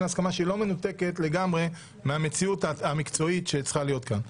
להסכמה שהיא לא מנותקת לגמרי מהמציאות המקצועית שצריכה להיות כאן.